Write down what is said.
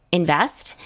invest